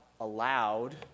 allowed